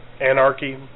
Anarchy